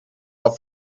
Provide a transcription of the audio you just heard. auf